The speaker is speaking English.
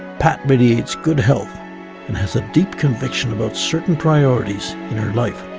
pat radiates good health and has a deep conviction about certain priorities. you know like